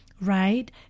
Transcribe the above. right